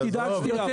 איך תדאג שתהיה האבקה?